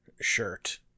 shirt